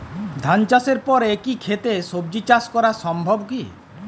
ধান চাষের পর একই ক্ষেতে সবজি চাষ করা সম্ভব কি?